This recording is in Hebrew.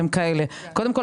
הם כאלה: קודם כול,